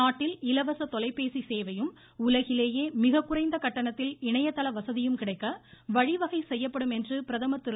நாட்டில் இலவச தொலைபேசி சேவையும் உலகிலேயே மிகக்குறைந்த கட்டணத்தில் இணையதள வசதியும் கிடைக்க வழிவகை செய்யப்படும் என்று பிரதமர் திரு